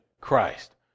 Christ